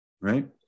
right